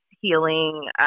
healing